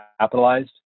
capitalized